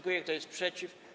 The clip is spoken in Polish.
Kto jest przeciw?